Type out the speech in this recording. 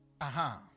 Aha